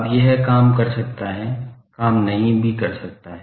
अब यह काम कर सकता है काम नहीं भी कर सकता है